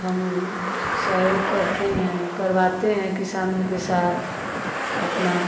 हम सहयोग करते हैं करवाते हैं किसानों के साथ अपना